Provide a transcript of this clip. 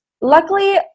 luckily